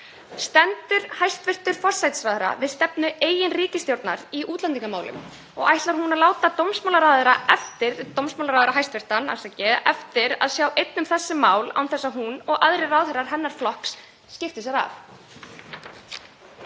Stendur hæstv. forsætisráðherra við stefnu eigin ríkisstjórnar í útlendingamálum og ætlar hún að láta hæstv. dómsmálaráðherra einum eftir að sjá um þessi mál án þess að hún og aðrir ráðherrar hennar flokks skipti sér af?